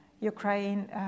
Ukraine